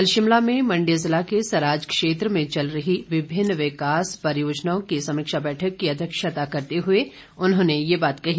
कल शिमला में मंडी जिला के सराज क्षेत्र में चल रही विभिन्न विकासात्मक परियोजनाओं की समीक्षा बैठक की अध्यक्षता करते हुए उन्होंने ये बात कही